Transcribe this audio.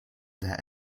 der